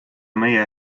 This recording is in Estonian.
meie